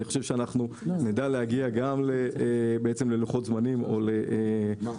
אנחנו נדע להגיע גם ללוחות זמנים או לפתרון.